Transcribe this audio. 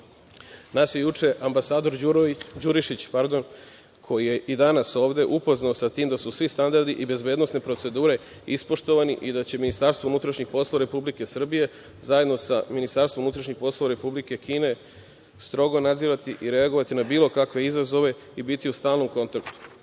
je juče ambasador Đurišić, pardon, koji je danas ovde, upoznao sa tim da su svi standardi i bezbednosne procedure ispoštovani i da će Ministarstvo unutrašnjih poslova Republike Srbije zajedno sa Ministarstvom unutrašnjih poslova Republike Kine strogo nadzirati i reagovati na bilo kakve izazove i biti u stalnom kontaktu.